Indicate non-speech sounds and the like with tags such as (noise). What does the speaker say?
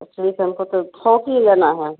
अच्छा (unintelligible) हमको तो थोक ही लेना है